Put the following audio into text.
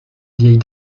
vieille